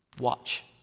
Watch